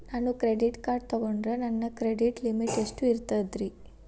ನಾನು credit card ತೊಗೊಂಡ್ರ ನನ್ನ ಕ್ರೆಡಿಟ್ ಲಿಮಿಟ್ ಎಷ್ಟ ಇರ್ತದ್ರಿ?